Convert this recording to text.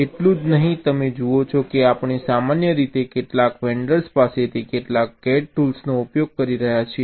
એટલું જ નહીં તમે જુઓ છો કે આપણે સામાન્ય રીતે કેટલાક વેંડર્સ પાસેથી કેટલાક CAD ટૂલ્સનો ઉપયોગ કરી રહ્યા છીએ